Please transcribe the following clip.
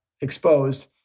exposed